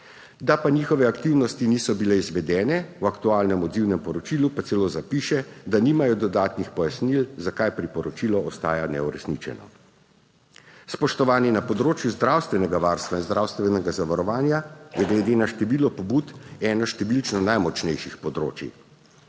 da pa njihove aktivnosti niso bile izvedene. V aktualnem odzivnem poročilu pa celo zapiše, da nimajo dodatnih pojasnil, zakaj priporočilo ostaja neuresničeno. Spoštovanje na področju zdravstvenega varstva in zdravstvenega zavarovanja je glede na število pobud eno številčno najmočnejših področij.